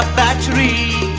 battery.